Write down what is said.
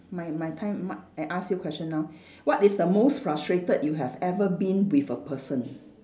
my my time my I ask you question now what is the most frustrated you have ever been with a person